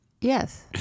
Yes